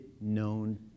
known